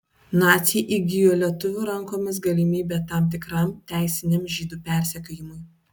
naciai įgijo lietuvių rankomis galimybę tam tikram teisiniam žydų persekiojimui